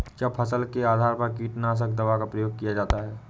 क्या फसल के आधार पर कीटनाशक दवा का प्रयोग किया जाता है?